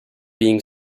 being